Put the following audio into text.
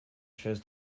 shows